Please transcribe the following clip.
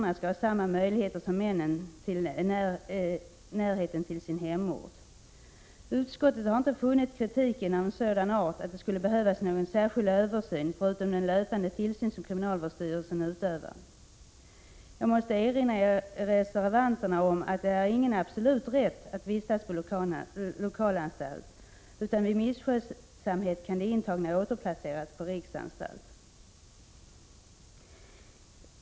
De skall ha samma möjligheter att avtjäna straffet i närheten av hemorten. Utskottet har inte funnit kritiken vara av sådan art att det skulle behövas någon särskild översyn förutom den löpande tillsyn som kriminalvårdsstyrelsen utövar. Jag måste erinra reservanterna om att det inte är någon absolut rätt att vistas på lokalanstalt. Vid misskötsamhet kan de intagna återplaceras på riksanstalt.